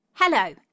Hello